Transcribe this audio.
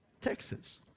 Texas